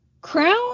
Crown